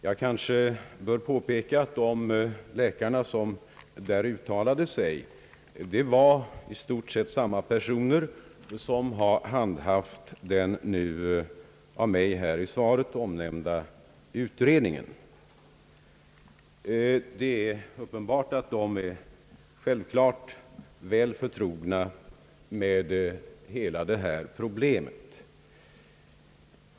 Jag kanske bör påpeka, att de läkarna i stort sett var samma personer som har handhafti den nu av mig här i svaret omnämnda utredningen. Det är uppenbart att de är väl förtrogna med hela detta problem.